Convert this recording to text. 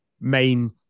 main